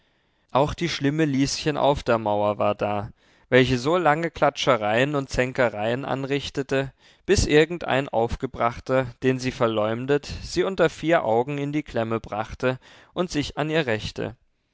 auch die schlimme lieschen aufdermaur war da welche solange klatschereien und zänkereien anrichtete bis irgendein aufgebrachter den sie verleumdet sie unter vier augen in die klemme brachte und sich an ihr rächte